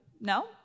No